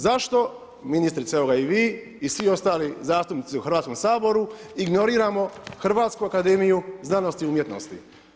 Zašto ministrice evo ga i vi i svi ostali zastupnici u Hrvatskom saboru ignoriramo Hrvatsku akademiju znanosti i umjetnosti?